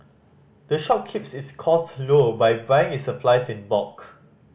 the shop keeps its costs low by buying its supplies in the bulk